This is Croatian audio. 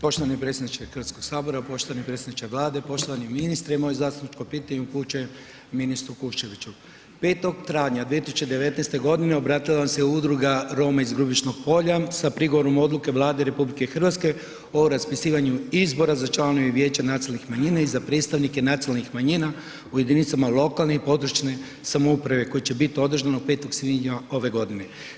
Poštovani predsjedniče HS, poštovani predsjedniče Vlade, poštovani ministre, moje zastupničko pitanje upućujem ministru Kuščeviću, 5. travnja 2019.g. obratila nam se Udruga Roma iz Grubišnog Polja sa prigovorom odluke Vlade RH o raspisivanju izbora za članove vijeća nacionalnih manjina i za predstavnike nacionalnih manjina u jedinicama lokalne i područne samouprave koje će bit održano 5. svibnja ove godine.